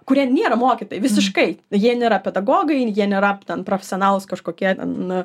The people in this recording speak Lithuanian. kurie nėra mokytojai visiškai jie nėra pedagogai jie nėra ten profesionalūs kažkokie ten